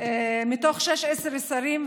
מתוך 16 שרים,